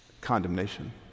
Condemnation